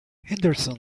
henderson